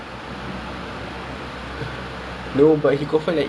no I'm so shy